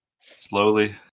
slowly